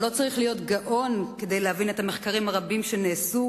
אבל לא צריך להיות גאון כדי להבין את המחקרים הרבים שנעשו